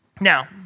Now